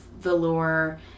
velour